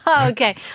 Okay